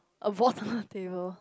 a portable table